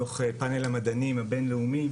דו"ח פנל המדענים הבין לאומי